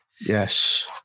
Yes